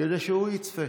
כדי שהוא יצפה.